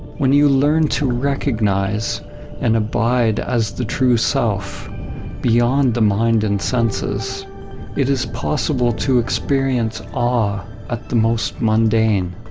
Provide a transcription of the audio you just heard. when you learn to recognize and abide as the true self beyond the mind and senses it is possible to experience awe at the most mundane.